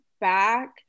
back